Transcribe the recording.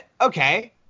okay